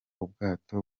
ubwato